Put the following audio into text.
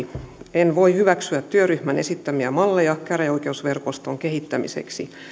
en voi hyväksyä työryhmän esittämiä malleja käräjäoikeusverkoston kehittämiseksi